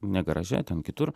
ne garaže ten kitur